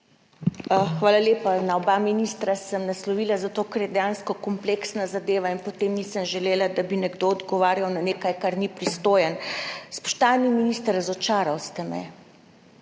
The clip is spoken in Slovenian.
Hvala lepa. Na oba ministra sem naslovila zato, ker je dejansko kompleksna zadeva in potem nisem želela, da bi nekdo odgovarjal na nekaj, za kar ni pristojen. Spoštovani minister, razočarali ste me,